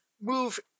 move